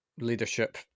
leadership